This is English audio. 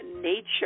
nature